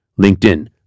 LinkedIn